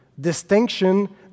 distinction